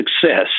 Success